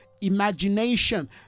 imagination